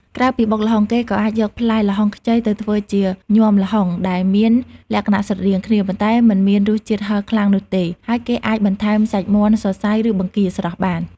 ក្រៅពីបុកល្ហុង គេក៏អាចយកផ្លែល្ហុងខ្ចីទៅធ្វើជា ញាំល្ហុង ដែលមានលក្ខណៈស្រដៀងគ្នា ប៉ុន្តែមិនមានរសជាតិហឹរខ្លាំងនោះទេ ហើយគេអាចបន្ថែមសាច់មាន់សរសៃ ឬបង្គារស្រស់បាន។